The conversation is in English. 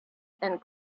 and